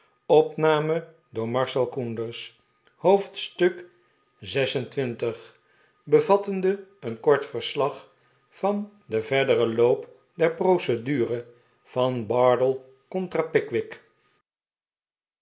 hoofdstuk xxvi bevattende een kort verslag van den verderen loop der procedure van bardell contra pickwick